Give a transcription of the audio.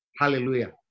Hallelujah